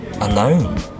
alone